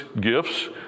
gifts